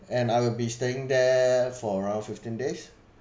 and I will be staying there for around fifteen days